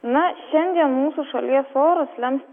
na šiandien mūsų šalies orus lems